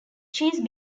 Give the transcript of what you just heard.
cheese